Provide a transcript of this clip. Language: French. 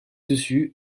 dessus